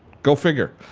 go figure.